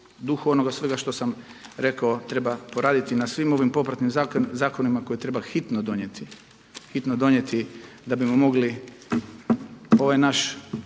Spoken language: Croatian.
dugu onoga svega što sam rekao treba poraditi na svim ovim popratnim zakonima koje treba hitno donijeti, hitno donijeti da bismo mogli ovaj naš,